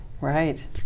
Right